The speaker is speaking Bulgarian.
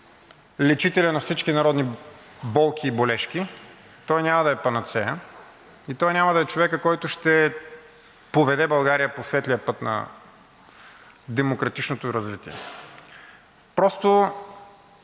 лечителят на всички народни болки и болежки, той няма да е панацея и той няма да е човекът, който ще поведе България по светлия път на демократичното развитие, просто